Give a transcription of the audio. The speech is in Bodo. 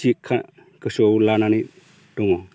थिखा गोसोआव लानानै दङ